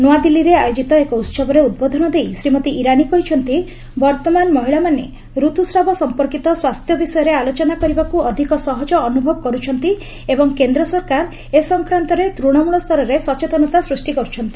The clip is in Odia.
ନୂଆଦିଲ୍ଲୀରେ ଆୟୋଜିତ ଏକ ଉତ୍ସବରେ ଉଦ୍ବୋଧନ ଦେଇ ଶ୍ରୀମତୀ ଇରାନୀ କହିଛନ୍ତି ବର୍ତ୍ତମାନ ମହିଳାମାନେ ରତୁସ୍ରାବ ସମ୍ପର୍କିତ ସ୍ୱାସ୍ଥ୍ୟ ବିଷୟରେ ଆଲୋଚନା କରିବାକୁ ଅଧିକ ସହଜ ଅନୁଭବ କରୁଛନ୍ତି ଏବଂ କେନ୍ଦ୍ର ସରକାର ଏ ସଂକ୍ରାନ୍ତରେ ତୃଣମୂଳ ସ୍ତରରେ ସଚେତନତା ସୃଷ୍ଟି କର୍ତ୍ଥନ୍ତି